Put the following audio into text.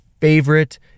favorite